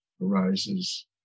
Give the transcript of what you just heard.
arises